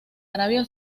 arabia